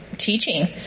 teaching